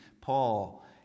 Paul